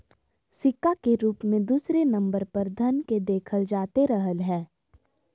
सिक्का के रूप मे दूसरे नम्बर पर धन के देखल जाते रहलय हें